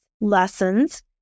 lessons